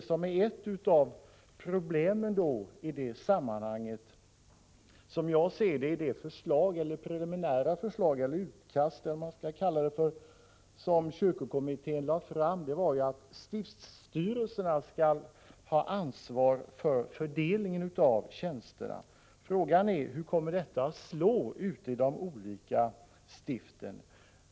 Ett av problemen i det sammanhanget, som jag ser det, i det preliminära förslag eller utkast som kyrkokommittén lade fram, är att stiftstyrelserna skall ha ansvar för fördelningen av tjänsterna. Frågan är: Hur kommer detta att slå ute i de olika stiften?